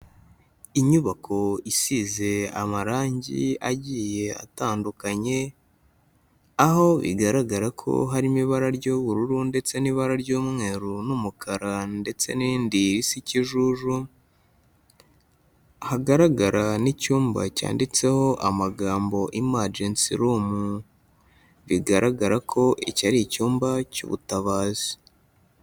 Inyubako isize amarangi agiye atandukanye, aho bigaragara ko harimo ibara ry'ubururu ndetse n'ibara ry'umweru n'umukara ndetse n'irindi risa ikijuju, hagaragara n'icyumba cyanditseho amagambo Emergency room, bigaragara ko iki ari icyumba cy'ubutabazi.